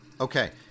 Okay